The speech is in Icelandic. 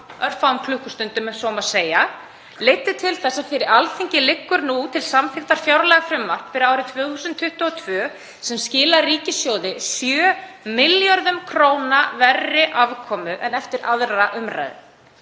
örfáum klukkustundum, ef svo má segja, leiddi til þess að fyrir Alþingi liggur nú til samþykktar fjárlagafrumvarp fyrir árið 2022 sem skilar ríkissjóði 7 milljörðum kr. verri afkomu en eftir 2. umr.